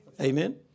Amen